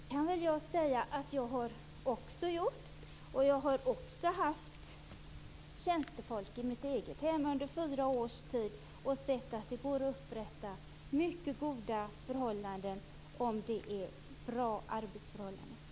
Fru talman! Det kan jag säga att jag också har gjort. Jag har också haft tjänstefolk i mitt eget hem under fyra års tid och sett att det går att upprätta mycket goda förhållanden om det är bra arbetsvillkor.